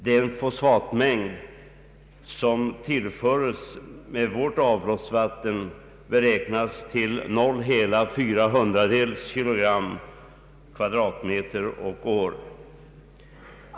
Den fosfatmängd som tillförs med vårt avloppsvatten beräknas till 0,04 kilogram per kvadratmeter och år.